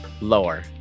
Lower